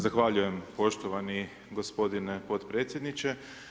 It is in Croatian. Zahvaljujem poštovani gospodine potpredsjedniče.